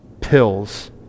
pills